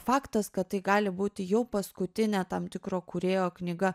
faktas kad tai gali būti jau paskutinė tam tikro kūrėjo knyga